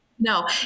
No